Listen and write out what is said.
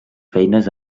feines